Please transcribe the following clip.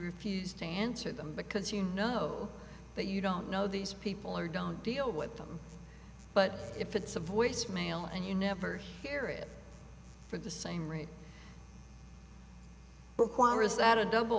refuse to answer them because you know that you don't know these people or don't deal with them but if it's a voicemail and you never hear it for the same rate require is that a double